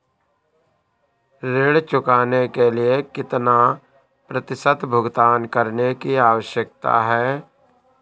ऋण चुकाने के लिए कितना प्रतिशत भुगतान करने की आवश्यकता है?